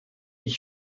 ich